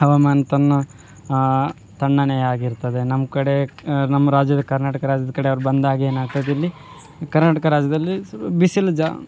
ಹವಾಮಾನ ತನ್ನ ತಣ್ಣನೆ ಆಗಿರ್ತದೆ ನಮ್ಕಡೆ ನಮ್ಮ ರಾಜದ ಕರ್ನಾಟಕ ರಾಜ್ಯದ ಕಡೆ ಅವ್ರು ಬಂದಾಗ ಏನು ಆಗ್ತದೆ ಇಲ್ಲಿ ಕರ್ನಾಟಕ ರಾಜ್ಯದಲ್ಲಿ ಬಿಸಿಲು ಜಾ